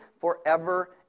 forever